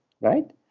right